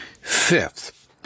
Fifth